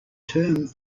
term